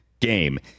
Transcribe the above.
game